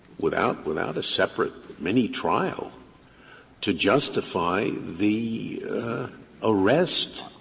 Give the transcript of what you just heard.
without without a separate mini-trial to justify the arrest